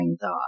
thought